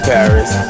Paris